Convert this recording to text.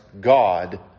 God